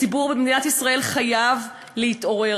הציבור במדינת ישראל חייב להתעורר.